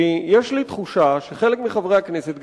כי יש לי תחושה שחלק מחברי הכנסת,